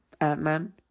Ant-Man